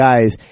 guys